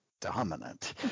dominant